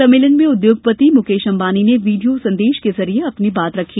सम्मेलन में उद्योगपति मुकेश अंबानी ने वीडियो संदेश के जरिए अपनी बात रखी